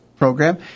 program